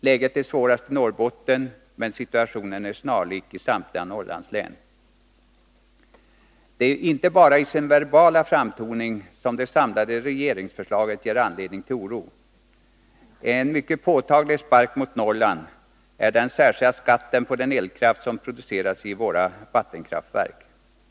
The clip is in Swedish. Läget är svårast i Norrbotten, men situationen är snarlik i samtliga Norrlandslän. Det är inte bara i sin verbala framtoning som det samlade regeringsförslaget ger anledning till oro. En mycket påtaglig spark mot Norrland är den särskilda skatten på den elkraft som produceras vid våra vattenkraftverk.